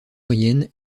moyenne